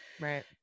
right